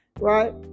right